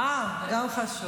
אה, גם חשוב.